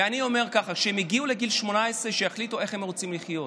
ואני אומר ככה: כשהם יגיעו לגיל 18 הם יחליטו איך הם רוצים לחיות,